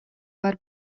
баар